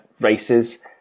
races